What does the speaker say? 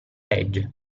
legge